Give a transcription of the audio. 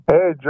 Hey